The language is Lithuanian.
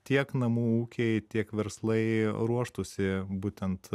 tiek namų ūkiai tiek verslai ruoštųsi būtent